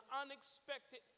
unexpected